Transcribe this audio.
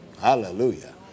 Hallelujah